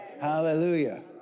Hallelujah